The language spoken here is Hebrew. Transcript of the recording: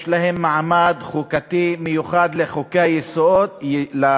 יש להם מעמד חוקתי מיוחד, לחוקי-היסוד,